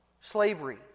slavery